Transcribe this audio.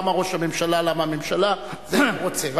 למה ראש הממשלה, למה הממשלה, זה אם הוא רוצה.